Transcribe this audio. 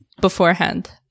beforehand